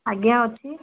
ଆଜ୍ଞା ଅଛି